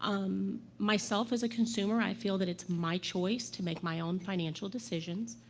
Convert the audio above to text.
um, myself, as a consumer, i feel that it's my choice to make my own financial decisions.